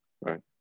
Right